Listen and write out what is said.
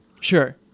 Sure